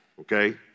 okay